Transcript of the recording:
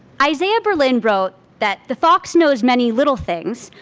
isaiah berlin wrote that the fox knows many little things,